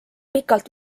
pikalt